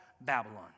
Babylon